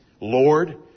Lord